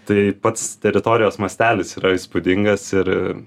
tai pats teritorijos mastelis yra įspūdingas ir